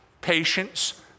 patience